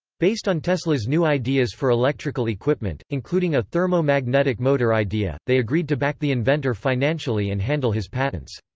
based on tesla's new ideas for electrical equipment, including a thermo-magnetic motor idea, they agreed to back the inventor financially and handle his patents.